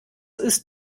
ist